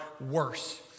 worse